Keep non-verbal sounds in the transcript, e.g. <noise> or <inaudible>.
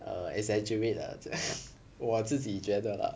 err exaggerate lah <laughs> 我自己觉得 lah